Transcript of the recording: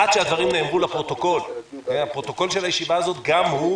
אחת שהדברים נאמרו לפרוטוקול הפרוטוקול של הישיבה הזאת גם הוא